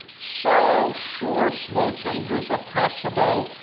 so sure small changes are possible.